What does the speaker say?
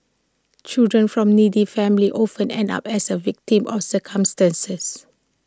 children from needy families often end up as A victims of circumstances